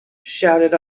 shouted